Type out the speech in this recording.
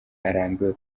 arambiwe